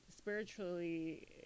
spiritually